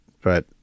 but-